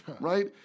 right